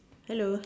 hello